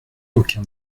aucun